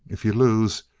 if you lose,